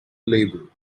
label